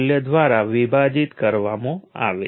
IN 1રીતે ફરીથી લખવામાં આવ્યું છે